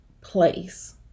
place